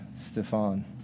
Stefan